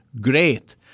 great